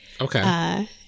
Okay